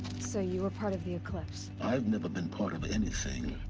so you were part of the eclipse? i've never been part of anything